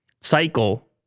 Cycle